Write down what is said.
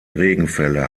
regenfälle